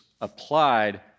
applied